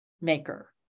maker